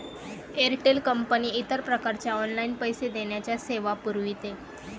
Airtel company इतर प्रकारच्या online पैसे देण्याच्या सेवा पुरविते